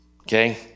Okay